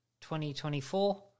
2024